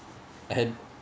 I had